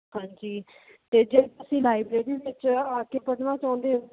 ਹਾਂਜੀ ਅਤੇ ਜੇ ਤੁਸੀਂ ਲਾਇਬ੍ਰੇਰੀ ਵਿੱਚ ਆ ਕੇ ਪੜ੍ਹਨਾ ਚਾਹੁੰਦੇ ਹੋ